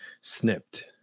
snipped